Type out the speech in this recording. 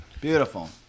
beautiful